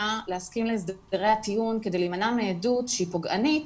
להסכים להסדרי הטיעון כדי להימנע מעדות שהיא פוגענית,